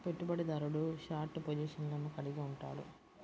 పెట్టుబడిదారుడు షార్ట్ పొజిషన్లను కలిగి ఉంటాడు